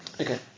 Okay